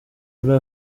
muri